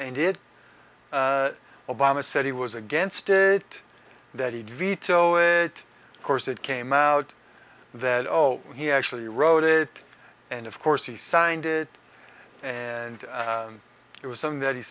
and did obama said he was against it that he'd veto it of course it came out that he actually wrote it and of course he signed it and it was something that he